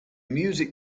music